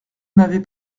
m’avez